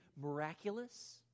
miraculous